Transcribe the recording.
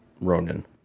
Ronan